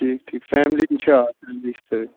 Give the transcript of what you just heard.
ٹھیٖک ٹھیٖک فیملی تہِ چھِ